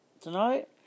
tonight